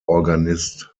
organist